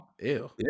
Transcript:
ew